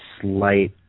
slight